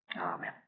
Amen